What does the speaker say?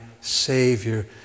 savior